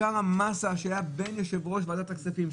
של עיקר המסה בין יושב-ראש ועדת הכספים,